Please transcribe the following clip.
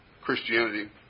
Christianity